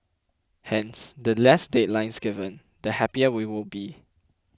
hence the less deadlines given the happier we will be